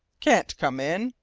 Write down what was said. can't come in?